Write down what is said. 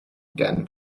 again